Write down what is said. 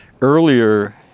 Earlier